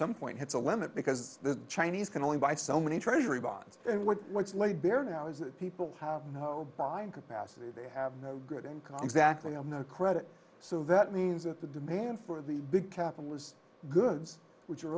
some point has a limit because the chinese can only buy so many treasury bonds and what what's laid bare now is that people are buying capacity they have no good income exactly on their credit so that means that the demand for the big capital has goods which are